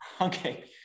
Okay